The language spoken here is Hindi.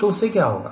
तो उससे क्या होगा